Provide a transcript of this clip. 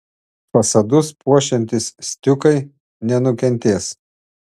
fasadus puošiantys stiukai nenukentės